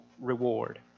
reward